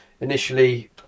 initially